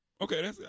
Okay